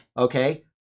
okay